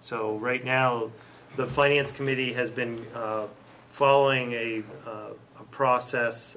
so right now the finance committee has been following a process